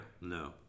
No